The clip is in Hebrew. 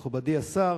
מכובדי השר,